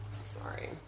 Sorry